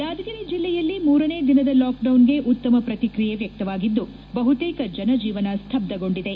ಯಾದಗಿರಿ ಜಲ್ಲೆಯಲ್ಲಿ ಮೂರನೇ ದಿನದ ಲಾಕ್ಡೌನ್ಗೆ ಉತ್ತಮ ಪ್ರತಿಕ್ರಿಯೆ ವ್ಯಕ್ತವಾಗಿದ್ದು ಬಹುತೇಕ ಜನಜೀವನ ಸ್ತಬ್ಬಗೊಂಡಿದೆ